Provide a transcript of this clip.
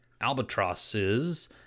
albatrosses